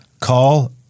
call